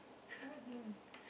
what girl